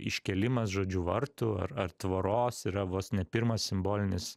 iškėlimas žodžiu vartų ar ar tvoros yra vos ne pirmas simbolinis